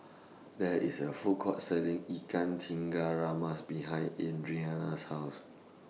There IS A Food Court Selling Ikan Tiga Rama's behind Adriana's House